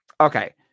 Okay